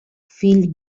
fill